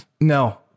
no